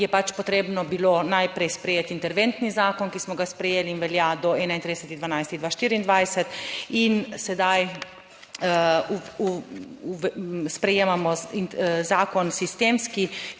je pač potrebno bilo najprej sprejeti interventni zakon, ki smo ga sprejeli in velja do 31. 12. 2024 in sedaj sprejemamo zakon sistemski,